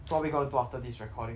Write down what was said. so are we gonna do after this recording